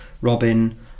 robin